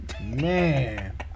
Man